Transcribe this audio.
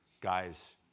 guys